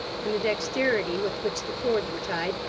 and the dexterity with which the cords were tied,